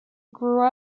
grew